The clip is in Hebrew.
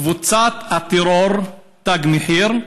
קבוצת הטרור "תג מחיר"